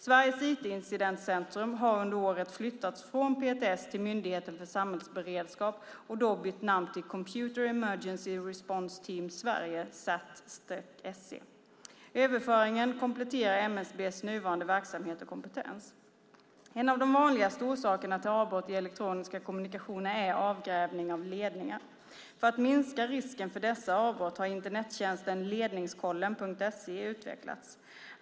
Sveriges IT-incidentcentrum har under året flyttats från PTS till Myndigheten för samhällsberedskap och då bytt namn till Computer Emergency Response Team - Sverige, Cert-SE. Överföringen kompletterar MSB:s nuvarande verksamhet och kompetens. En av de vanligaste orsakerna till avbrott i elektroniska kommunikationer är avgrävning av ledningar. För att minska risken för dessa avbrott har Internettjänsten Ledningskollen.se utvecklats.